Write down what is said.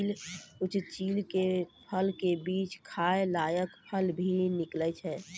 कुछ चीड़ के फल के बीच स खाय लायक फल भी निकलै छै